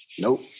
Nope